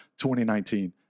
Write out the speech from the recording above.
2019